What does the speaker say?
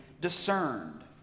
discerned